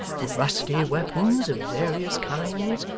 rusty weapons of various kinds,